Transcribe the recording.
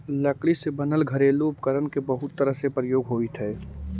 लकड़ी से बनल घरेलू उपकरण के बहुत तरह से प्रयोग होइत हइ